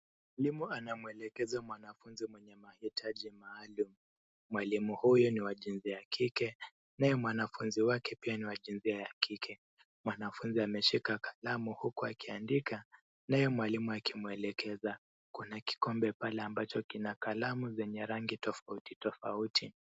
Mwalimu anamwelekeza mwanafunzi mwenye mahitaji maalum. Mwalimu huyu ni wa jinsia ya kike, naye mwanafunzi wake pia ni wa jinsia ya kike. Mwanafunzi aneshika kalamu huku akiandika naye mwalimu akimwelekekeza. Kuna kikombe pale ambacho kina kalamu zenye rangi tofauti tofauti.